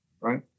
right